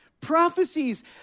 prophecies